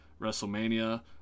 WrestleMania